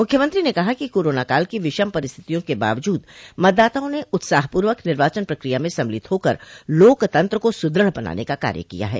मुख्यमंत्री ने कहा कि कोरोना काल की विषम परिस्थितियों के बावजूद मतदाताओं ने उत्साहपूर्वक निर्वाचन प्रक्रिया में सम्मिलित होकर लोकतंत्र को सुदृढ़ बनाने का कार्य किया है